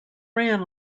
ran